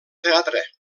teatre